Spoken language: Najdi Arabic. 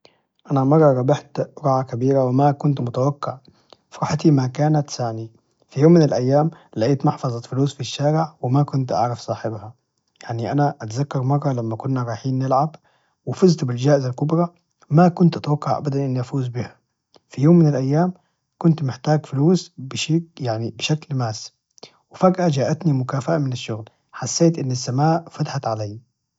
أنا مرة ربحت أرعة كبيرة وما كنت متوقع فرحتي ما كانت تسعني في يوم من الأيام لقيت محفظة فلوس في الشارع وماكنت أعرف صاحبها يعني أنا أتذكر مرة لما كنا رايحين نلعب وفزت بالجائزة الكبرى ما كنت أتوقع أبدا إني افوز بها في يوم من الأيام كنت محتاج فلوس بشي يعني بشكل ماس وفجأة جاءتني مكافأة من الشغل حسيت ان السماء فتحت علي